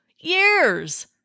years